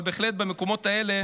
אבל בהחלט במקומות האלה